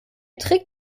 trick